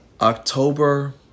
October